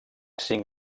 cinc